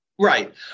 Right